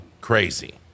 crazy